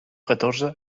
catorze